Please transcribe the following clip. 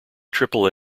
triple